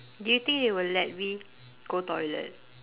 do you think they will let me go toilet